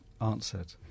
answered